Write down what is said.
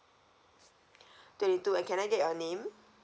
twenty two and can I get your name